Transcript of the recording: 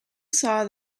saw